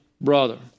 brother